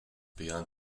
beyond